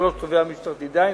לטיפולו של תובע משטרתי" דהיינו,